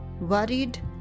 worried